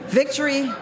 victory